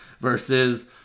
Versus